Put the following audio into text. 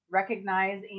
recognize